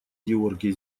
георгий